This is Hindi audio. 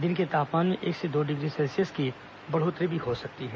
दिन के तापमान में एक से दो डिग्री सेल्सियस की बढ़ोत्तरी भी हो सकती है